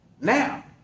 now